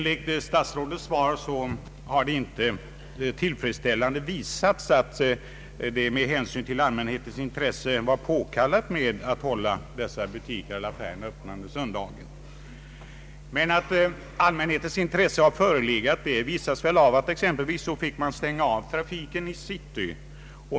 Av statsrådets svar framgår att det inte tillfredsställande har visats att det med hänsyn till allmänhetens intresse var påkallat att butikerna hölls öppna på söndagen. Men att det verkligen förelåg intresse från allmänhetens sida bevisas av att man förra året måste stänga av trafiken i city.